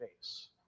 face